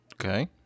Okay